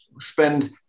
spend